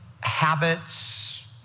habits